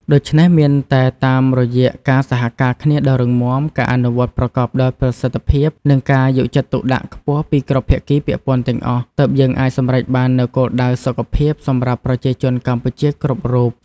ដូច្នេះមានតែតាមរយៈការសហការគ្នាដ៏រឹងមាំ ការអនុវត្តប្រកបដោយប្រសិទ្ធភាព និងការយកចិត្តទុកដាក់ខ្ពស់ពីគ្រប់ភាគីពាក់ព័ន្ធទាំងអស់ ទើបយើងអាចសម្រេចបាននូវគោលដៅសុខភាពសម្រាប់ប្រជាជនកម្ពុជាគ្រប់រូប។